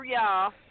y'all